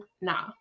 nah